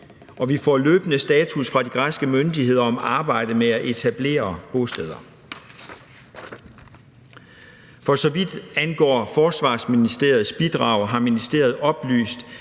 Vi får løbende status fra de græske myndigheder om arbejdet med at etablere bosteder. For så vidt angår Forsvarsministeriets bidrag, har ministeriet oplyst,